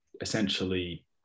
essentially